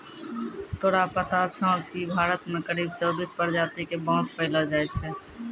तोरा पता छौं कि भारत मॅ करीब चौबीस प्रजाति के बांस पैलो जाय छै